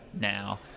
now